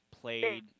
played